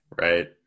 Right